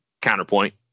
Counterpoint